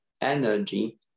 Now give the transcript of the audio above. energy